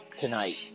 tonight